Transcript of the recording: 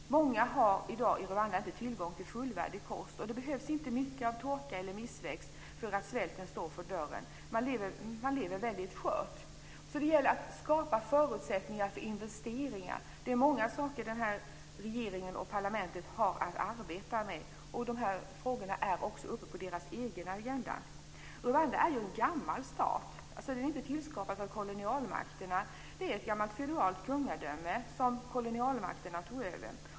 Många har i dag i Rwanda inte tillgång till fullvärdig kost, och det behövs inte mycket av torka eller tillväxt för att svälten ska stå för dörren. Livet är skört. Det gäller att skapa förutsättningar för investeringar. Det är många frågor som regeringen och parlamentet måste arbeta med. Frågorna är uppe på deras egna agendor. Rwanda är en gammal stat. Den är inte skapad av kolonialmakterna. Det är ett gammalt feodalt kungadöme som kolonialmakterna tog över.